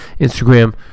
Instagram